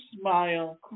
smile